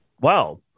Wow